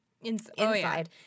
inside